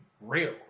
real